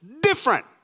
different